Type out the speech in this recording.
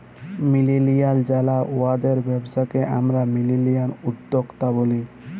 millennial যারা উয়াদের ব্যবসাকে আমরা মিলেলিয়াল উদ্যক্তা ব্যলি